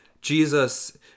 Jesus